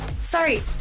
Sorry